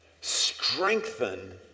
strengthen